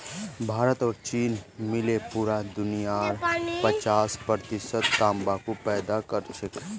भारत और चीन मिले पूरा दुनियार पचास प्रतिशत तंबाकू पैदा करछेक